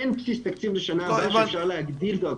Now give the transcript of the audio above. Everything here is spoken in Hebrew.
אין בסיס תקציב לשנה הבאה שאפשר להגדיל דרכו.